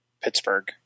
Pittsburgh